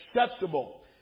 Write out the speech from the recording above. acceptable